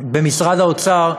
במשרד האוצר,